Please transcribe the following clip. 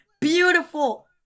beautiful